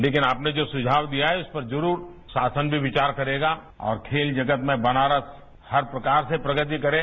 लेकिन आपने जो सुझाव दिया है इसपर जरूर शासन भी विचार करेगा और खेल जगत में बनारस हर प्रकार से प्रगति करे